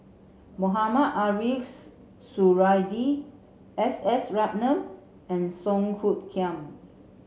Mohamed Ariff Suradi S S Ratnam and Song Hoot Kiam